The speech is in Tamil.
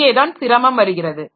இங்கேதான் சிரமம் வருகிறது